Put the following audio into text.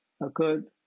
occurred